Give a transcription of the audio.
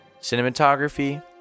cinematography